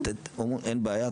אין בעיה,